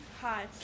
Hi